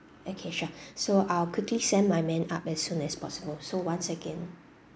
okay sure so I will quickly sent my men up as soon as possible so once again